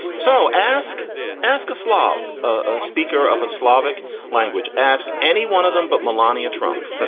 so ask ask aslav ah speaker of a slavic language. ask any one of them. but melania trump,